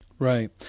Right